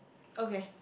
okay